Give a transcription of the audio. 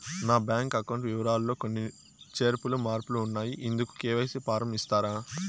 నా bank account వివరాలు లో కొన్ని చేర్పులు మార్పులు ఉన్నాయి, ఇందుకు కె.వై.సి ఫారం ఇస్తారా?